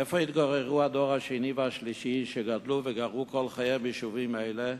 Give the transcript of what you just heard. איפה יתגוררו הדור השני והשלישי שגדלו וגרו כל חייהם ביישובים האלה,